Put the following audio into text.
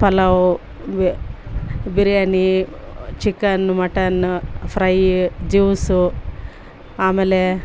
ಪಲಾವ್ ವೆ biryani chicken mutton fry juice ಆಮೇಲೆ